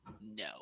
No